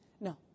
No